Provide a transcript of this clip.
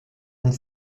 und